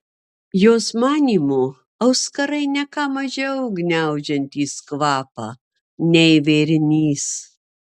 jos manymu auskarai ne ką mažiau gniaužiantys kvapą nei vėrinys